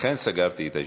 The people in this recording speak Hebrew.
לכן סגרתי את הישיבה.